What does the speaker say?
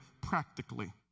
practically